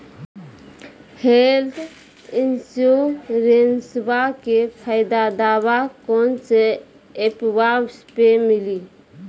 Health इंश्योरेंसबा के फायदावा कौन से ऐपवा पे मिली?